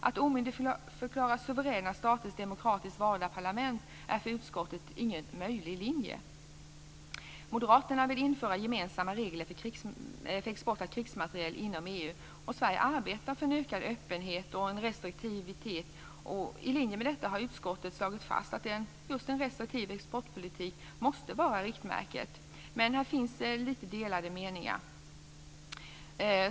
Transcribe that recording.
Att omyndigförklara suveräna staters demokratiskt valda parlament är för utskottet ingen möjlig linje. Moderaterna vill införa gemensamma regler för export av krigsmateriel inom EU. Sverige arbetar också för ökad öppenhet och för restriktivitet. I linje med detta har utskottet slagit fast att just en restriktiv exportpolitik måste vara riktmärket. Det finns dock lite delade meningar.